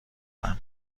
کنن